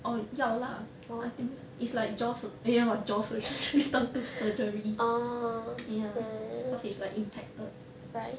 orh 要 lah I think it's like jaw sur~ eh no what jaw surgery some tooth surgery ya cause it's like impacted